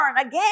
again